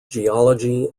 geology